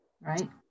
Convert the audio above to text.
right